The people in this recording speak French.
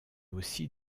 aussi